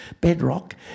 bedrock